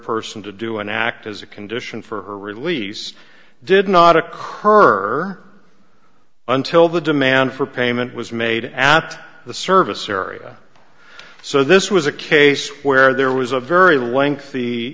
person to do an act as a condition for her release did not occur until the demand for payment was made at the service area so this was a case where there was a very lengthy